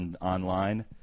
online